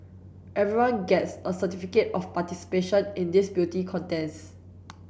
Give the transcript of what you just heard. everyone gets a certificate of participation in this beauty contest